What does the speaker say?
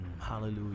Hallelujah